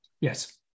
Yes